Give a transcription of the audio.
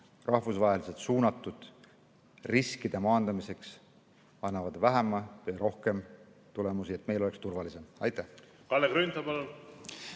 rahvusvaheliselt suunatud riskide maandamiseks, annavad vähem või rohkem tulemusi, et meil oleks turvalisem. Austatud